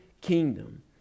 kingdom